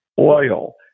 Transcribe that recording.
oil